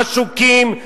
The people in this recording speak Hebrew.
עשוקים,